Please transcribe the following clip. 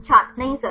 छात्र नहीं सर